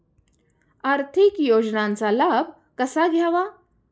आर्थिक योजनांचा लाभ कसा घ्यावा?